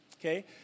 okay